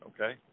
okay